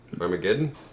Armageddon